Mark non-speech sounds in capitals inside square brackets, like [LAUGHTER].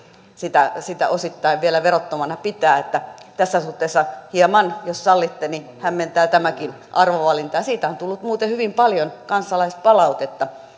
sitä sitä osittain vielä verottomana pitää eli tässä suhteessa hieman jos sallitte hämmentää tämäkin arvovalinta siitä on on tullut muuten hyvin paljon kansalaispalautetta [UNINTELLIGIBLE]